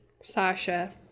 Sasha